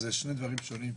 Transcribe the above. אלה שני דברים שונים.